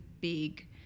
big